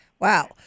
Wow